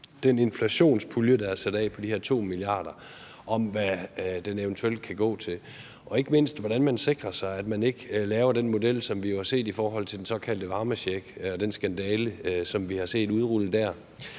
den inflationspulje, der er sat af, på de her 2 mia. kr., og hvad den eventuelt kan gå til, og ikke mindst, hvordan man sikrer sig, at man ikke laver den model, som vi jo har set i forhold til den såkaldte varmecheck og den skandale, som vi har set udrullet der,